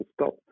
stop